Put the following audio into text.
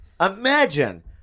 Imagine